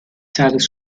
tages